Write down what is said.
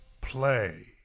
play